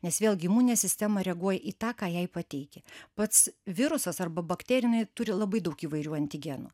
nes vėlgi imuninė sistema reaguoja į tą ką jai pateiki pats virusas arba bakterija jinai turi labai daug įvairių antigenų